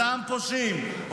אותם פושעים,